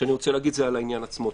שאני רוצה להגיד זה על העניין עצמו.